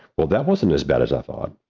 well, that wasn't as bad as i thought.